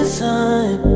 sun